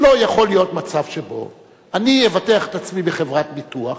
לא יכול להיות מצב שבו אני אבטח את עצמי בחברת ביטוח,